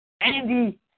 Andy